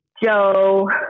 Joe